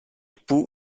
pooh